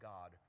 God